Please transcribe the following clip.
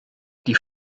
die